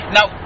Now